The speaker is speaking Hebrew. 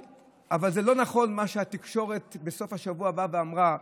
אבל זה לא נכון מה שהתקשורת בסוף השבוע באה ואמרה,